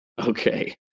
Okay